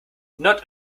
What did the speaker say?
not